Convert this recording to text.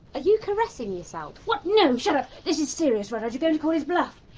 you caressing yourself? what? no. shut up. this is serious. rudyard, you're going to call his bluff.